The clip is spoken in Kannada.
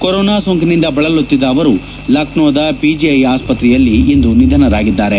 ಕೊರೊನಾ ಸೋಂಕಿನಿಂದ ಬಳಲುತ್ತಿದ್ದ ಅವರು ಲಕ್ನೋದ ಪಿಜಿಐ ಆಸ್ತತ್ರೆಯಲ್ಲಿ ಇಂದು ನಿಧನರಾಗಿದ್ದಾರೆ